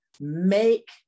make